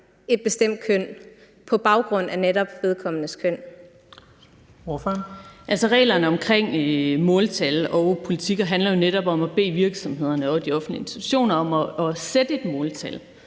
Linea Søgaard-Lidell (V): Reglerne om måltal og -politikker handler jo netop om at bede virksomhederne og de offentlige institutioner om at sætte et måltal